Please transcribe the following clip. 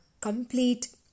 complete